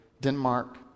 Denmark